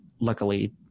luckily